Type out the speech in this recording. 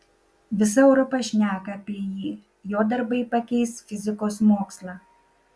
visa europa šneka apie jį jo darbai pakeis fizikos mokslą